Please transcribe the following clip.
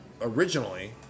originally